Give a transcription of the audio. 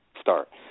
start